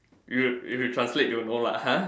if you if you translate you'll know lah !huh!